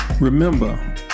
remember